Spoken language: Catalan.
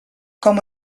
com